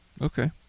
Okay